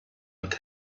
und